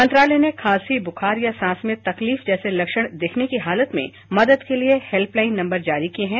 मंत्रालय ने खांसी बुखार या सांस में तकलीफ जैसे लक्षण दिखने की हालत में मदद के लिए हेल्पलाइन नम्बर जारी किये हैं